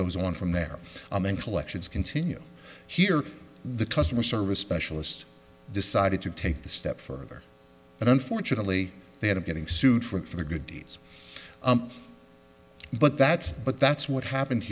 goes on from there a mental actions continue here the customer service specialist decided to take the step further but unfortunately they had of getting sued for good deeds but that's but that's what happen